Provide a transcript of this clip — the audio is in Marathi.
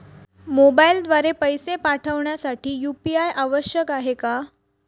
मोबाईलद्वारे पैसे पाठवण्यासाठी यू.पी.आय आवश्यक आहे का?